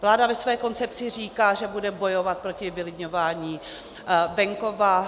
Vláda ve své koncepci říká, že bude bojovat proti vylidňování venkova.